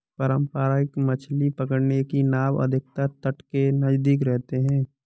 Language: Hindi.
पारंपरिक मछली पकड़ने की नाव अधिकतर तट के नजदीक रहते हैं